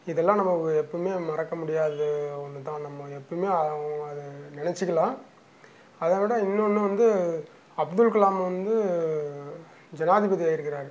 இதெல்லாம் நம்ம எப்போமே மறக்க முடியாத ஒன்று தான் நம்ம எப்போவுமே அவங்க அதை நினச்சிக்கிலாம் அதை விட இன்னொன்று வந்து அப்துல்கலாம் வந்து ஜனாதிபதி ஆயிருக்கிறாரு